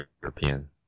European